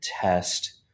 test